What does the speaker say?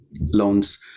loans